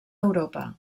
europa